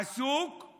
עסוקים